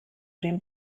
den